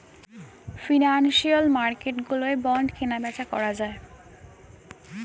financial মার্কেটগুলোয় bond কেনাবেচা করা যায়